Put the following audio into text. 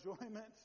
enjoyment